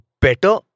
better